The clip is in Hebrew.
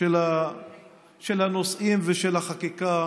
של הנושאים ושל החקיקה